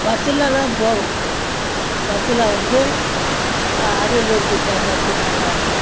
பஸ்ஸெல்லாம் போவோம் பஸ்ஸில் வந்து அரியலூருக்கு இப்போ பஸ்ஸு நல்லா இருக்குது